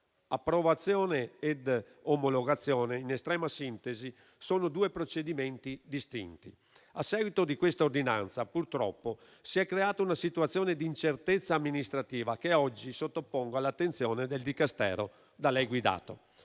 Approvazione e omologazione, in estrema sintesi, solo due procedimenti distinti. A seguito di questa ordinanza, purtroppo, si è creata una situazione di incertezza amministrativa che oggi sottopongo all'attenzione del Dicastero da lei guidato.